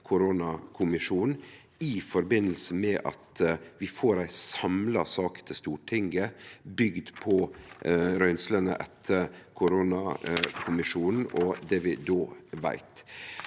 i forbindelse med at vi får ei samla sak til Stortinget bygd på røynslene etter koronakommisjonen og det vi då veit.